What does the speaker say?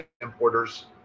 importers